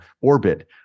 orbit